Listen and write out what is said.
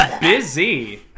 busy